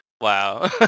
wow